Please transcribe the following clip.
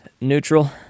Neutral